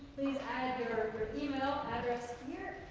please add your group email address